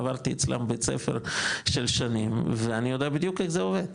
עברתי אצלם בית ספר של שנים ואני יודע בדיוק איך זה עובד.